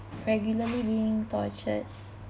regularly being tortured